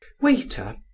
Waiter